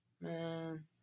Man